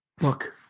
Look